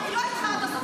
אני לא איתך עד הסוף,